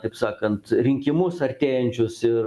kaip sakant rinkimus artėjančius ir